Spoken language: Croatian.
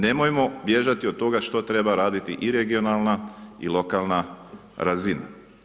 Nemojmo bježati od toga što treba raditi i regionalna i lokalna razina.